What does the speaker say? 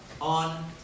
on